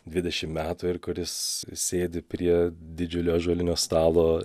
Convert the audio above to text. dvidešim metų ir kuris sėdi prie didžiulio ąžuolinio stalo